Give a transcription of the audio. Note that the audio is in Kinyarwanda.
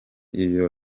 iyo